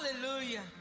Hallelujah